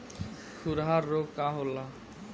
खुरहा रोग का होला?